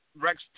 Rex